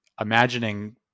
imagining